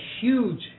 huge